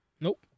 Nope